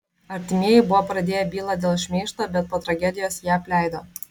artimieji buvo pradėję bylą dėl šmeižto bet po tragedijos ją apleido